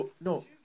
No